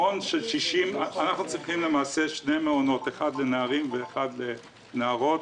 אנחנו צריכים שני מעונות: אחד לנערים ואחד לנערות,